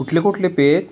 कुठले कुठले पेय आहेत